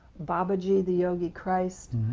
babaji the yogi-christ.